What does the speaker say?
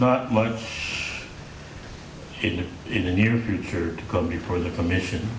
not much in the near future to go before the commission